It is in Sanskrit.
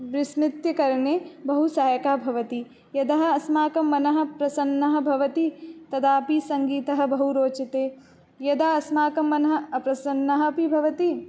विस्मृत्यकरणे बहु सहायकः भवति यतः अस्माकं मनः प्रसन्नं भवति तदापि सङ्गीतं बहु रोचते यदा अस्माकं मनः अप्रसन्नं अपि भवति